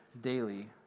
daily